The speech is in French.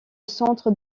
centre